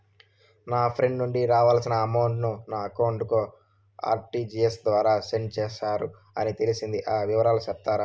నా ఫ్రెండ్ నుండి రావాల్సిన అమౌంట్ ను నా అకౌంట్ కు ఆర్టిజియస్ ద్వారా సెండ్ చేశారు అని తెలిసింది, ఆ వివరాలు సెప్తారా?